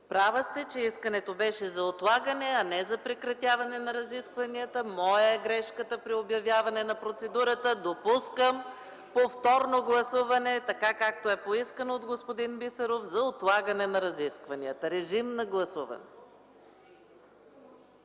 Права сте, че искането беше за отлагане, а не за прекратяване на разискванията. Моя е грешката при обявяване на процедурата. Допускам повторно гласуване, както е поискано от господин Бисеров – за отлагане на разискванията. Режим на гласуване.